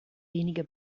wenige